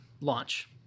launch